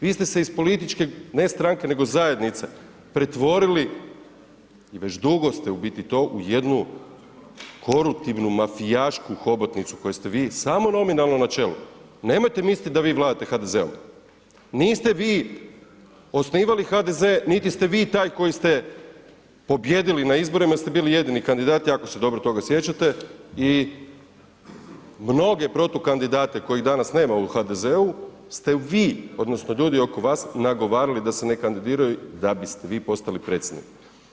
Vi ste se iz političke, ne stranke, nego zajednice, pretvorili i već dugo ste u biti to, u jednu koruptivnu, mafijašku hobotnicu kojoj ste vi samo nominalno na čelu, nemojte misliti da vi vladate HDZ-om, niste vi osnivali HDZ, niti ste vi taj koji ste pobijedili na izborima jer ste bili jedini kandidat, jako se dobro toga sjećate i mnoge protukandidate kojih danas nema u HDZ-u ste vi odnosno ljudi oko vas nagovarali da se ne kandidiraju da biste vi postali predsjednik.